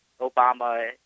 Obama